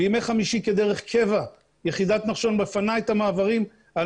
בימי חמישי כדרך קבע יחידת נחשון מפנה את המעברים על